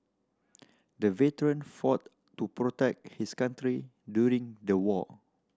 the veteran fought to protect his country during the war